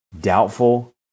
doubtful